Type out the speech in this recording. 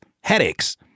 headaches